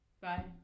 Bye